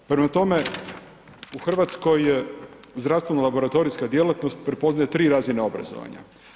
Prema tome, u Hrvatskoj zdravstveno-laboratorijska djelatnost prepoznaje tri razine obrazovanja.